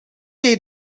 jij